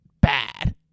bad